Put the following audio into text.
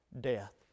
death